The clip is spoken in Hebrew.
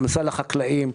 הכנסה לחקלאים,